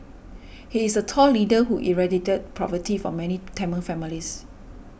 he is a tall leader who eradicated poverty from many Tamil families